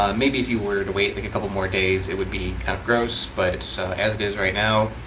ah maybe if you were to wait like a couple more days, it would be kind of gross but so as it is right now,